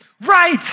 right